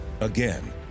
Again